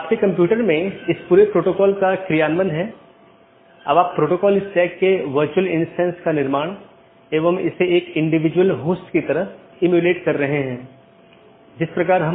यह विज्ञापन द्वारा किया जाता है या EBGP वेपर को भेजने के लिए राउटिंग विज्ञापन बनाने में करता है